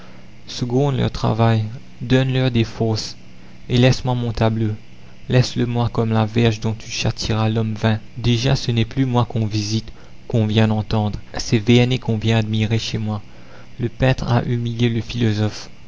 seconde leur travail donne-leur des forces et laisse-moi mon tableau laissele moi comme la verge dont tu châtieras l'homme vain déjà ce n'est plus moi qu'on visite qu'on vient entendre c'est vernet qu'on vient admirer chez moi le peintre a humilié le philosophe